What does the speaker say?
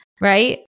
right